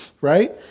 right